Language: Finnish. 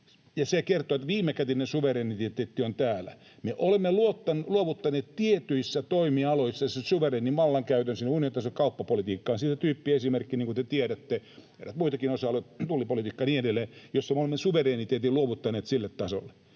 se kertoo, että viimekätinen suvereniteetti on täällä. Me olemme luovuttaneet tietyillä toimialoilla sen suvereenin vallankäytön, unionitason kauppapolitiikka on siitä tyyppiesimerkki, niin kuin te tiedätte. On eräitä muitakin osa-alueita, ulkopolitiikka ja niin edelleen, joissa me olemme suvereniteetin luovuttaneet sille tasolle.